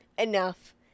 enough